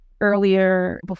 earlier